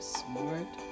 smart